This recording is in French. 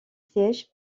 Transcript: siège